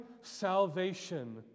salvation